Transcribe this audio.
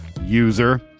user